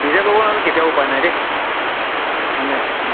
নিজে কৰিব নোৱাৰিলে কিন্তু কেতিয়াও উপায় নাই দেই মানে